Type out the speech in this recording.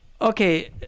Okay